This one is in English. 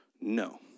No